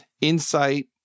insight